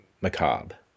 macabre